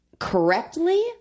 Correctly